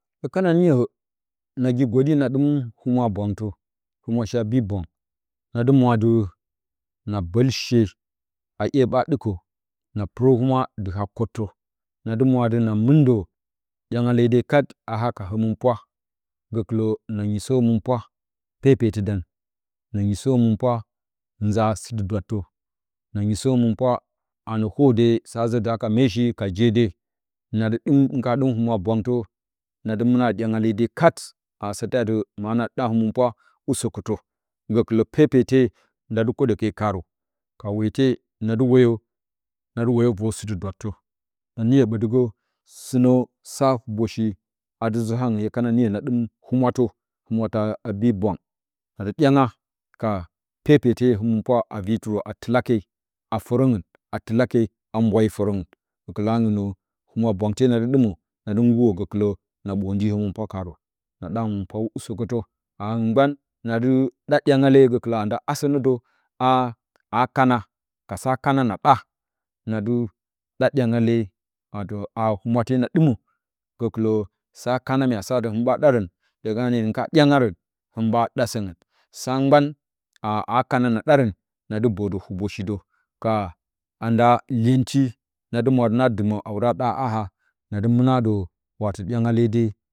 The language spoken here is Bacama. Hye kana niyo, nagi gwooɗɨ, naa ɗɨm humwa bwangtə, humwa shi a bi bwang, na dɨ mwa di, na bəlshe a 'ye ɓaa ɗɨkə, na pɨrə humwa dɨ ha kwottə nadi mwadi na mɨndə ɗyanga leede hakat, a haka həmɨnpwa, gəkɨlə na nyisə həmɨnpwa, pepetɨdan, na nyiso həmɨnpwa nzaa sɨtɨ dwattə, na nyisə həmɨnpwa anə hwode, sa zə dɨ haka meeshi ka je de, nadɨ, hɨn ka ɗɨm humwa bwangtə. Nadɨ ɗɨm, hɨn ka ɗɨm humwa bwangtə, nadɨ mɨna ɗyangalee de kat, kase te ati mana ɗa həmɨnpwa usokətə, gəkɨlə pepete, nda dɨ kwoɗə ke karə, ka wete nadi woyo nadi wayo vor sɨtɨo dwattə, na niyo ɓədɨ gə sɨnə sa uboshi, adi zə hangɨn hye kana niyo, na ɗɨm humwatə kana humwatə a bii bwang, nadɨ ɗyanga ka pepete həmɨnpwa a vii-tɨrə a tɨla ke a fərəngɨn, a tɨla ke a bwayi fərəgɨn gəkɨlə hangɨn nə humwa bwang te nadɨ ɗɨmə nadi ngurə gəkɨlə na ɓəndɨ həmɨnpawa kaarə, na ɗa həmɨnpwa usəkə tə, a hɨn mgban nadɨ ɗa ɗyangale, gəkɨlə a nda asə nədə, a ha kana ka sa kana na ɗa, nadɨ ɗa ɗyangale wata a ha humwa te na dɨmə, gəkɨlə sa kana mya sa adɨ hɨ ba ɗakə, hye kana niyo hɨn kana ɗyangarə hɨn ɓa ɗa səgɨ, sa mgban a, ha kana na ɗarə nadɨ bə də huboshi də ka nada iyenti nadi mwa adɨ na dɨmə a hwudə a ɗa a haa a nadɨ mɨna ɗə watə ɗyangale.